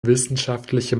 wissenschaftliche